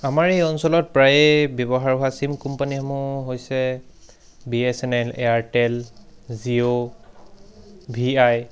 আমাৰ এই অঞ্চলত প্ৰায়েই ব্যৱহাৰ হোৱা চিম কোম্পানীসমূহ হৈছে B S N L Airtel Jio V আই